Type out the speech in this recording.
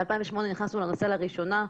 ב-2008 נכנסו לנושא לראשונה,